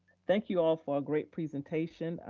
thank you all for a great presentation.